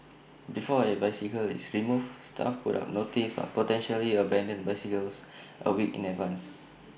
before A bicycle is removed staff put up notices on potentially abandoned bicycles A week in advance